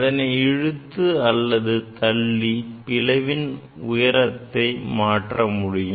இதனை இழுத்து அல்லது தள்ளி பிளவின் உயரத்தை மாற்ற முடியும்